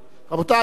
רבותי,